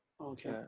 Okay